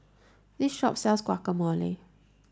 this shop sells Guacamole